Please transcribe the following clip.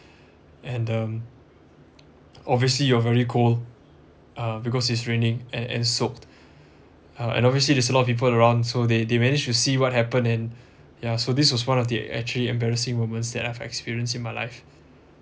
and um obviously you are very cold uh because it's raining and and soaked uh and obviously there's a lot of people around so they they managed to see what happened and yeah so this was one of the actually embarrassing moments that I've experienced in my life